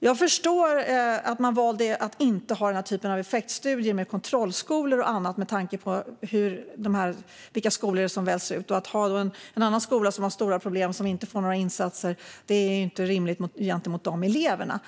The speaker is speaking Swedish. Jag förstår att man valde att inte ha effektutvärdering med kontrollskolor och annat med tanke på vilka skolor som väljs ut. Att då ha en annan skola med stora problem som inte får några insatser är ju inte rimligt gentemot de eleverna.